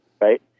right